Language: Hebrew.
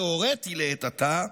התיאורטי לעת עתה,